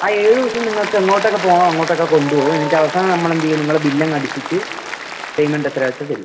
ആ ഏഴ് ദിവസം നിങ്ങൾക്ക് എങ്ങോട്ടൊക്ക പോകണമോ അങ്ങോട്ടൊക്ക കൊണ്ടു പോകും എന്നിട്ട് അവസാനം നമ്മൾ എന്ത് ചെയ്യും നിങ്ങളെ ബില്ലങ്ങടിച്ചിട്ട് പേയ്മെൻറ്റെത്രയാച്ചാൽ തരൂ